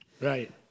Right